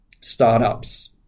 startups